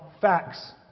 facts